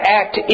act